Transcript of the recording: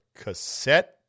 cassette